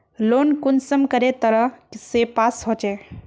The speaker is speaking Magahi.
लोन कुंसम करे तरह से पास होचए?